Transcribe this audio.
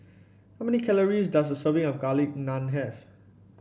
how many calories does a serving of Garlic Naan have